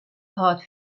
hâldt